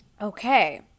Okay